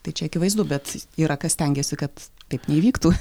tai čia akivaizdu bet yra kas stengiasi kad taip neįvyktų